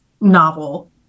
novel